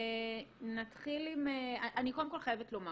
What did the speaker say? אני קודם כל חייבת לומר